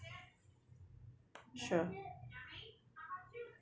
sure